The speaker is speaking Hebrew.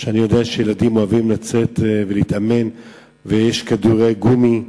אני יודע שילדים אוהבים לצאת ולהתאמן ויש כדורי גומי,